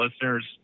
listeners